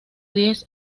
diez